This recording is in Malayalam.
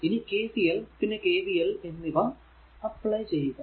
ഇനി KCL പിന്നെ KVL എന്നിവ അപ്ലൈ ചെയ്യുക